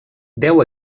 deu